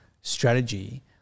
strategy